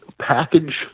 package